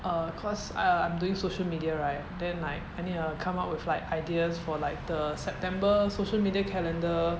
err cause I uh I'm doing social media right then like I need to come up with like ideas for like the september social media calendar